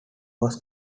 was